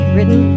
Written